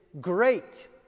great